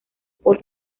por